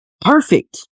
perfect